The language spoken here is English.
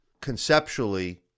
conceptually